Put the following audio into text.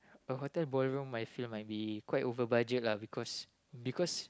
a hotel ballroom I feel might be quite over budget lah because because